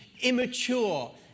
immature